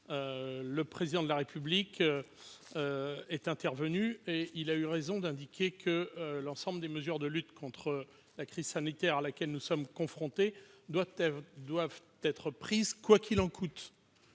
le Président de la République a eu raison d'indiquer que l'ensemble des mesures de lutte contre la crise sanitaire à laquelle nous sommes confrontés doivent être prises « quoi qu'il en coûte